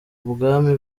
ubwami